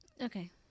Okay